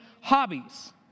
hobbies